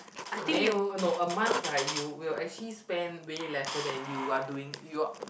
then oh no a month right you will actually spend way lesser than you are doing you're